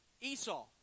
Esau